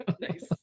Nice